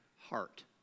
heart